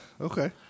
Okay